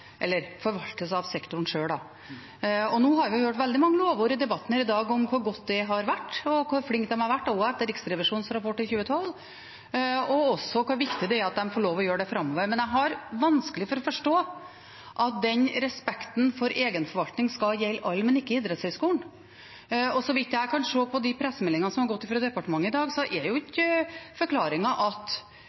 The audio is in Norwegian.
sektoren sjøl. Vi har i debatten her i dag hørt mange lovord om hvor godt det har vært, hvor flinke de har vært, også etter Riksrevisjonens rapport i 2012, og hvor viktig det er at de også får lov til å gjøre det framover. Men jeg har vanskelig for å forstå at den respekten for egenforvaltning skal gjelde alle, men ikke Norges idrettshøgskole. Så vidt jeg kan se på de pressemeldingene som har kommet fra departementet i dag, er ikke forklaringen at